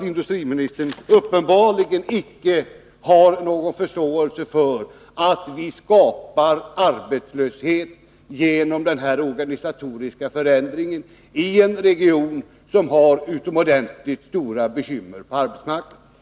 Industriministern har uppenbarligen icke någon förståelse för att vi genom denna organisatoriska förändring skapar arbetslöshet i en region som har utomordentligt stora bekymmer på arbetsmarknaden.